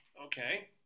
Okay